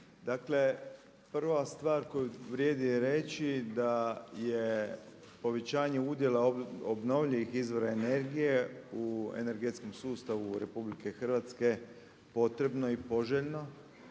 Dakle prva stvar koju vrijedi reći da je povećanje udjela obnovljivih izvora energije u energetskom sustavu RH potrebno i poželjno.